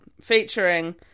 Featuring